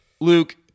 Luke